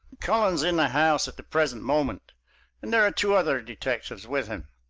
cullen's in the house at the present moment and there are two other detectives with him.